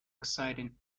exciting